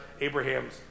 Abraham's